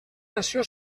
nació